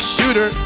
Shooter